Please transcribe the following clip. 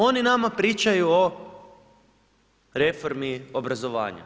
Oni nama pričaju o reformi obrazovanja.